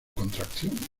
contracción